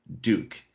Duke